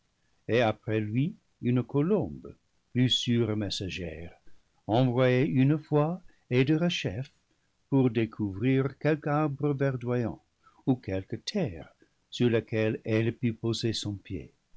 et après lui une colombe plus sûre messagère envoyée une fois et derechef pour découvrir quelque arbre verdoyant ou quelque terre sur laquelle elle pût poser son pied